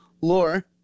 Lore